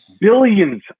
Billions